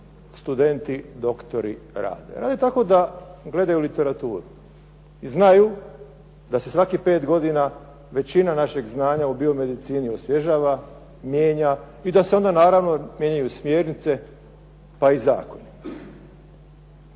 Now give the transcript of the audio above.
studenti, doktori rade. Rade tako da gledaju literature, i znaju da se svakih pet godina većina našeg znanja u bio medicini osvježava, mijenja i da se onda mijenjaju smjernice pa i zakoni.